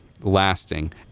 lasting